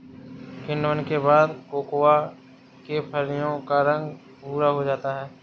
किण्वन के बाद कोकोआ के फलियों का रंग भुरा हो जाता है